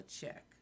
check